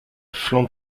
flanc